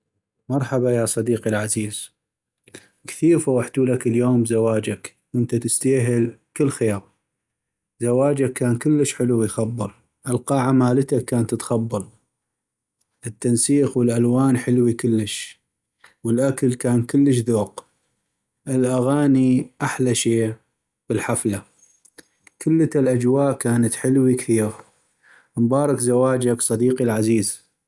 مرحبا يا صديقي العزيز كثيغ فغحتولك اليوم بزواجك وانت تستيهل كل خيغ ، زواجك كان كلش حلو و يخبل ، القاعة مالتك كان تخبل التنسيق والألوان حلوي كلش والاكل كان كلش ذوق ، الاغاني احلى شي بالحفلة كلتا الاجواء كانت حلوي كثيغ ، مبارك زواجك صديقي العزيز.